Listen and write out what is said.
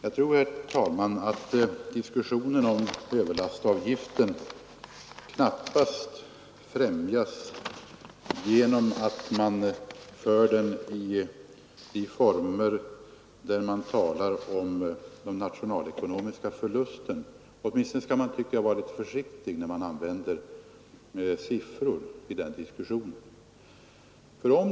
Herr talman! Diskussionen om överlastavgiften tror jag inte befrämjas av att den förs i former där man talar om den nationalekonomiska förlusten. Jag tycker att man åtminstone skall vara litet försiktig med att använda siffror i den diskussionen.